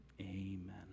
Amen